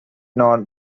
known